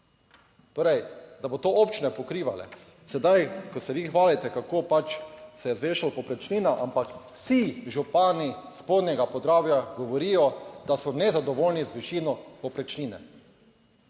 Torej, da bo to občine pokrivale. Sedaj, ko se vi hvalite kako pač se je zvišala povprečnina, ampak vsi župani Spodnjega Podravja govorijo, da so nezadovoljni z višino povprečnine.